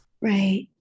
right